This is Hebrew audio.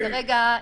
אלא שכרגע,